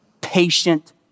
patient